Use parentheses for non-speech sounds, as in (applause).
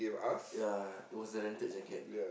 (noise) ya it was a rented jacket